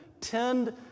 tend